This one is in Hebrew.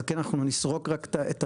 אז אנחנו נסרוק את החוק,